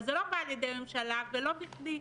אבל זה לא בא על-ידי ממשלה ולא בכדי.